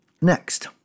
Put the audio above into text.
Next